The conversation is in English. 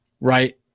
right